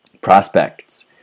Prospects